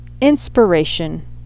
Inspiration